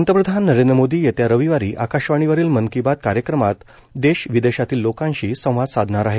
पंतप्रधान नरेंद्र मोदी येत्या रविवारी आकाशवाणीवरील मन की बात कार्यक्रमात देश विदेशातील लोकांशी संवाद साधणार आहेत